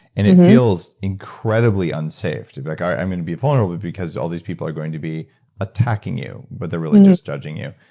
and it feels incredibly unsafe to be like i'm going to be vulnerable because all these people are going to be attacking you, but they're really just judging you.